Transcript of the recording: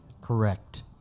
Correct